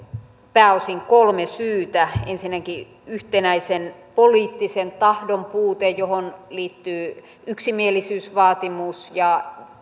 pääosin kolme syytä ensinnäkin yhtenäisen poliittisen tahdon puute johon liittyy yksimielisyysvaatimus ja